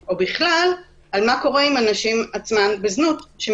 או בכלל מה קורה עם הנשים עצמן בזנות.